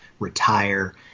Retire